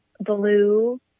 blue